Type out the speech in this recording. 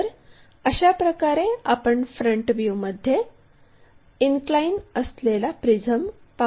तर अशाप्रकारे आपण फ्रंट व्ह्यूमध्ये इनक्लाइन असलेला प्रिझम पाहू शकतो